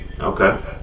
Okay